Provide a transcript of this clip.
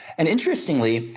and interestingly,